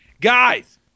Guys